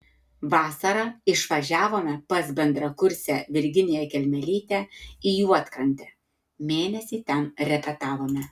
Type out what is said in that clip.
vasarą išvažiavome pas bendrakursę virginiją kelmelytę į juodkrantę mėnesį ten repetavome